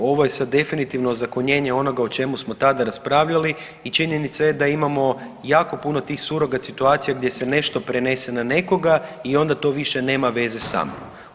Apsolutno da i ovo je sad definitivno ozakonjenje onoga o čemu smo tada raspravljali i činjenica je da imamo jako puno tih surogat situacija gdje se nešto prenese na nekoga i onda to više nema veze sa mnom.